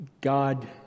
God